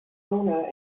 owner